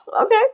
Okay